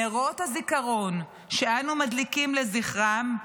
נרות הזיכרון שאנו מדליקים לזכרם,